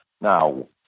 Now